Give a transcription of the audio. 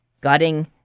gutting